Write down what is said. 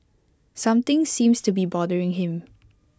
something seems to be bothering him